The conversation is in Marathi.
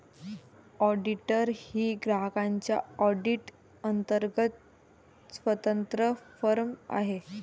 ऑडिटर ही ग्राहकांच्या ऑडिट अंतर्गत स्वतंत्र फर्म आहे